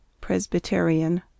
Presbyterian